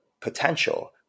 potential